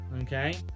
Okay